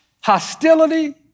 hostility